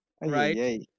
Right